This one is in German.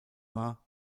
war